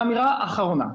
אמירה אחרונה.